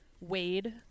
Wade